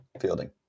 fielding